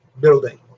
building